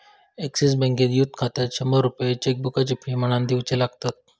axis बँकेत youth खात्यात शंभर रुपये चेकबुकची फी म्हणान दिवचे लागतत